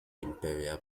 imperial